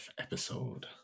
episode